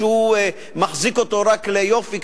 שהוא מחזיק אותו רק ליופי,